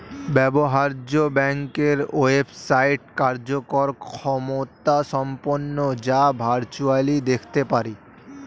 ব্যবহার্য ব্যাংকের ওয়েবসাইট কার্যকর ক্ষমতাসম্পন্ন যা ভার্চুয়ালি দেখতে পারি